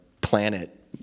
planet